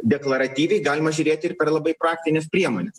deklaratyviai galima žiūrėti ir per labai praktines priemones